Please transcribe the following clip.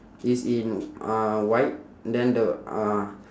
is in uh white then the uh